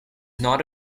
not